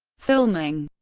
filming